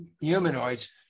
humanoids